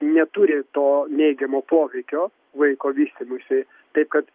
neturi to neigiamo poveikio vaiko vystymuisi taip kad